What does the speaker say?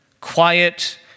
quiet